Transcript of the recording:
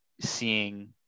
seeing